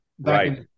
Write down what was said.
Right